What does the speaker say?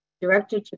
Director